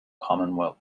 commonwealth